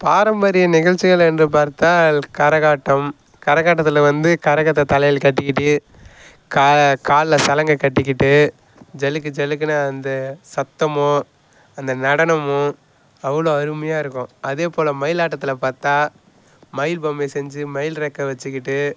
பாரம்பரிய நிகழ்ச்சிகள் என்று பார்த்தால் கரகாட்டம் கரகாட்டத்தில் வந்து கரகத்தை தலையில் கட்டிக்கிட்டு கா காலில் சலங்கை கட்டிக்கிட்டு ஜலுக்கு ஜலுக்குனு அந்த சத்தமும் அந்த நடனமும் அவ்வளோ அருமையாக இருக்கும் அதே போல் மயிலாட்டத்தில் பார்த்தா மயில் பொம்மையை செஞ்சு மயில் றெக்கை வச்சுக்கிட்டு